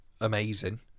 amazing